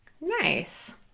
Nice